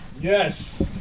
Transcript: Yes